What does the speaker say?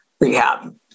rehab